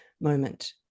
moment